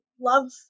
love